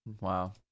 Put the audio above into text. Wow